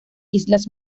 islas